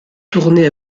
tournée